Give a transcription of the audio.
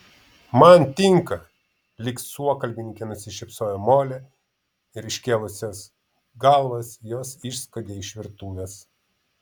man tinka lyg suokalbininkė nusišypsojo molė ir iškėlusios galvas jos išskuodė iš virtuvės